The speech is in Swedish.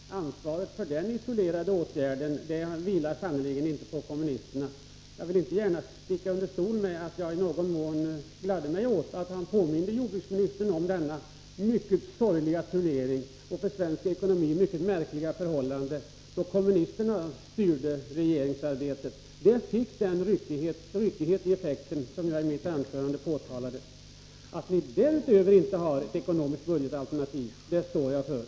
Fru talman! Ansvaret för den isolerade åtgärden vilar sannerligen inte på kommunisterna. Jag vill inte sticka under stol med att jag gladde mig åt att John Andersson påminde jordbruksministern om denna mycket sorgliga turnering, detta för svensk ekonomi mycket märkliga förhållande då kommunisterna styrde regeringsarbetet. Effekten blev den ryckighet som jag i mitt anförande påtalade. Att ni därutöver inte har ett ekonomiskt budgetalternativ — det påståendet står jag för.